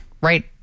right